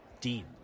deep